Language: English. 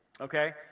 Okay